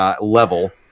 level